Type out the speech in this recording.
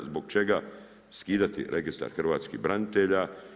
Zbog čega skidati Registar hrvatskih branitelja?